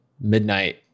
midnight